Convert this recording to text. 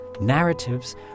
Narratives